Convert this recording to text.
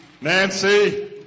Nancy